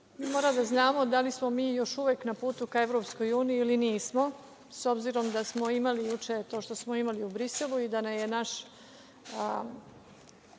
moramo da znamo, da li smo mi još uvek na putu ka Evropskoj uniji ili nismo? S obzirom da smo imali juče to što smo imali u Briselu, i da je naš